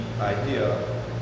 idea